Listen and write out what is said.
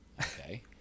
Okay